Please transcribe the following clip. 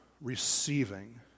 receiving